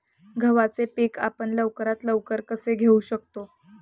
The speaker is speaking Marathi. गव्हाचे पीक आपण लवकरात लवकर कसे घेऊ शकतो?